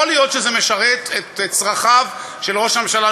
יכול להיות שזה משרת את צרכיו של ראש הממשלה,